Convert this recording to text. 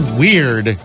weird